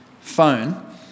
phone